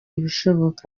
ibishoboka